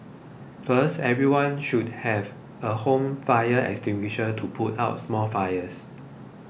first everyone should have a home fire extinguisher to put out small fires